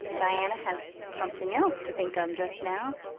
diana has something else to think of just now,